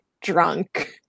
drunk